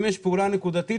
אם יש פעולה נקודתית,